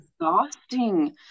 exhausting